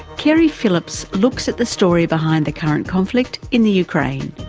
keri phillips looks at the story behind the current conflict in the ukraine.